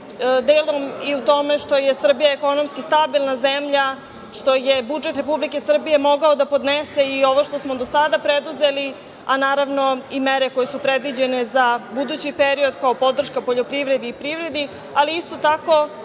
delom i u tome što je Srbija ekonomski stabilna zemlja, što je budžet Republike Srbije mogao da podnese i ovo što smo do sada preduzeli, a naravno i mere koje su predviđene za budući period kao podrška poljoprivredi i privredi. Isto tako,